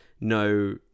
no